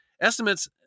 Estimates